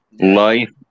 Life